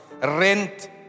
Rent